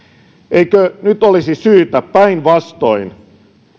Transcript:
eikö nyt olisi syytä päinvastoin